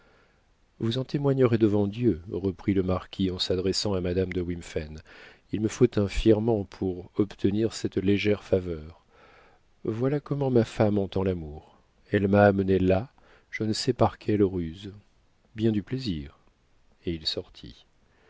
pèlerine vous en témoignerez devant dieu reprit le marquis en s'adressant à madame de wimphen il me faut un firman pour obtenir cette légère faveur voilà comment ma femme entend l'amour elle m'a amené là je ne sais par quelle ruse bien du plaisir et il sortit